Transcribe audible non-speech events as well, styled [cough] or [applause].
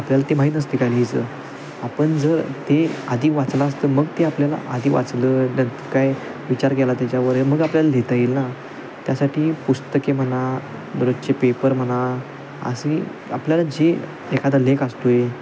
आपल्याला ते माहीत नसते आहे [unintelligible] आपण जर ते आधी वाचले असतं मग ते आपल्याला आधी वाचले काय विचार केला त्याच्यावर मग आपल्याला लिहिता येईल ना त्यासाठी पुस्तके म्हणा रोजचे पेपर म्हणा असे आपल्याला जे एखादा लेख असतो